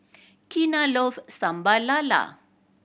Kenna love Sambal Lala